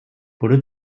wurde